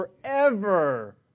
forever